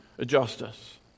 justice